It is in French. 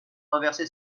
inverser